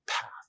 path